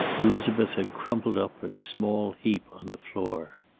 elizabeth had crumpled up in a small heap on the floor.